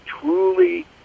truly